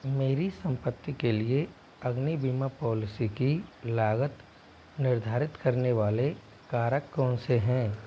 मेरी संपत्ति के लिए अग्नि बीमा पॉलिसी की लागत निर्धारित करने वाले कारक कौन से हैं